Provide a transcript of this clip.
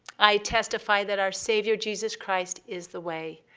i testify that our savior, jesus christ, is the way,